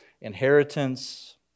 inheritance